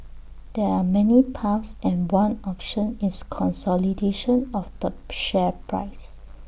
there are many paths and one option is consolidation of the share price